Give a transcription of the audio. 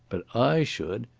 but i should,